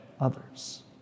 others